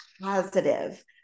positive